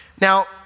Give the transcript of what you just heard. Now